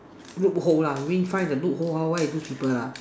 loop hole lah you mean find the loop hole how where those people ah